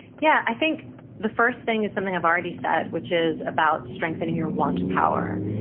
yeah. i think the first thing is something i've already said which is about strengthening your want power.